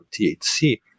THC